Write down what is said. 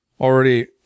already